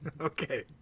okay